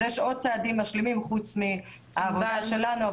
אז יש עוד צעדים משלימים חוץ מהעבודה שלנו,